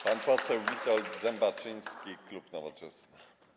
Pan poseł Witold Zembaczyński, klub Nowoczesna.